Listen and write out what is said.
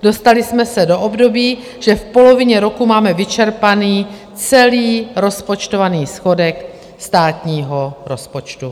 Dostali jsme se do období, že v polovině roku máme vyčerpaný celý rozpočtovaný schodek státního rozpočtu.